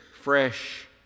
fresh